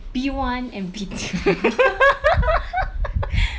B one and B two